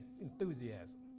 enthusiasm